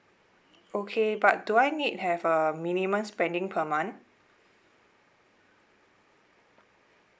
okay but do I need have a minimum spending per month